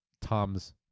Tom's